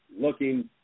looking